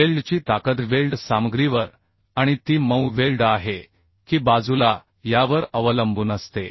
वेल्डची ताकद वेल्ड सामग्रीवर आणि ती मऊ वेल्ड आहे की बाजूला यावर अवलंबून असते